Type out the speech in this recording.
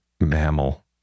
mammal